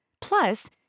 Plus